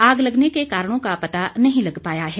आग लगने के कारणों का पता नहीं लग पाया है